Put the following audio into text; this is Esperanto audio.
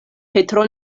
petro